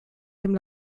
dem